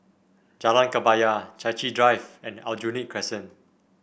Jalan Kebaya Chai Chee Drive and Aljunied Crescent